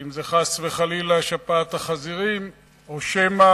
אם זה, חס וחלילה, שפעת החזירים, או שמא